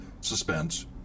suspense